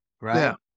right